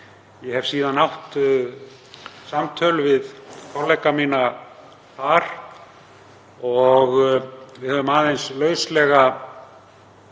Ég hef síðan átt samtöl við kollega mína þar og við höfum aðeins lauslega